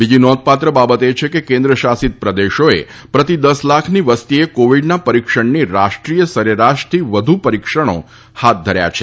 બીજી નોંધપાત્ર બાબત એ છે કે કેન્દ્ર શાસિત પ્રદેશોએ પ્રતિ દસ લાખની વસતીએ કોવિડના પરિક્ષણની રાષ્ટ્રીય સરેરાશથી વધુ પરિક્ષણો હાથ ધર્યા છે